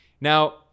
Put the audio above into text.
now